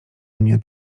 mnie